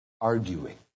arguing